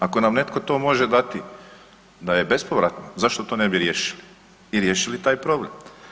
Ako nam netko to može dati da je bespovratno zašto to ne bi riješili i riješili taj problem.